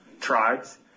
tribes